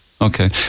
Okay